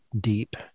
deep